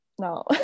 No